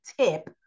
tip